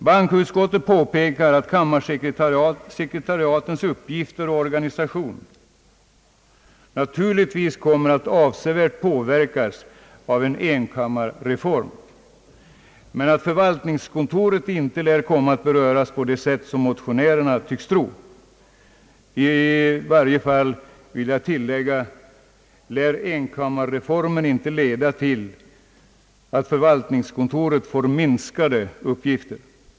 Bankoutskottet påpekar att kammarsekretariatens uppgifter och organisation naturligtvis kommer att avsevärt påverkas av en enkammarreform, men att förvaltningskontoret inte lär komma att beröras på det sätt som motionärerna tycks tro. Jag vill tillägga, att enkammarreformen i varje fall inte lär leda till att förvaltningskontoret får minskade uppgifter.